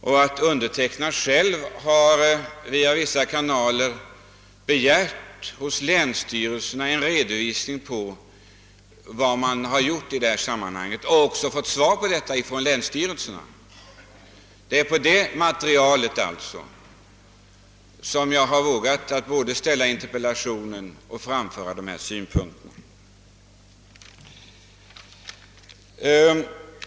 Via en del kanaler hos länsstyrelserna har jag också begärt en redovisning på vad man där gjort i detta sammanhang, och jag har också fått svar från länsstyrelserna. Det är på det materialet som jag vågat framställa interpellationen och redovisa mina synpunkter.